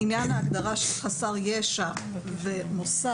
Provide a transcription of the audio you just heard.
לעניין ההגדרה של חסר ישע ומוסד,